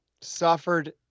suffered